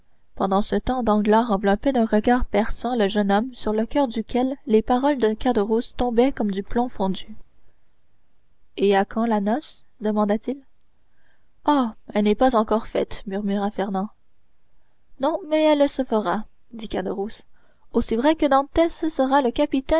pendant ce temps danglars enveloppait d'un regard perçant le jeune homme sur le coeur duquel les paroles de caderousse tombaient comme du plomb fondu et à quand la noce demanda-t-il oh elle n'est pas encore faite murmura fernand non mais elle se fera dit caderousse aussi vrai que dantès sera le capitaine